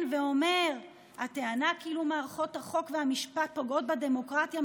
ואומר: "הטענה כאילו מערכות החוק והמשפט פוגעות בדמוקרטיה,